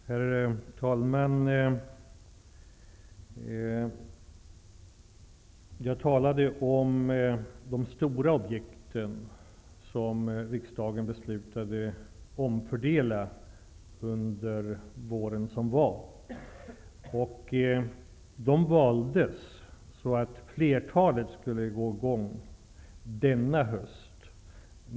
Herr talman! Jag talade om de stora objekten, som riksdagen i våras beslutade att omfördela. Flertalet skulle sättas i gång denna höst.